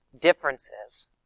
differences